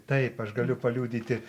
taip aš galiu paliudyti